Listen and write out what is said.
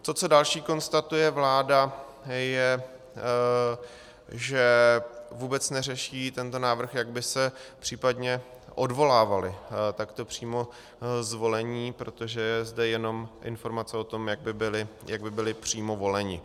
To, co další konstatuje vláda, je, že vůbec neřeší tento návrh, jak by se případně odvolávali takto přímo zvolení, protože je zde jenom informace o tom, jak by byli přímo voleni.